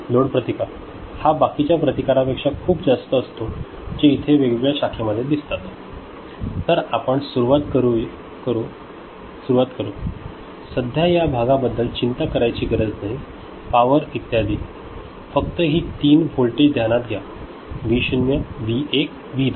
load प्रतिकार हा बाकीच्या प्रतिकारा पेक्षा खूप जास्त असतो जे इथे वेगवेगळ्या शाखेमध्ये दिसतात तर आपण सुरुवात करू सध्या या भागाबद्दल चिंता करायची गरज नाही पावर इत्यादी फक्त हि तीन होल्टेज ध्यानात घ्या व्ही 0 व्ही1 व्ही2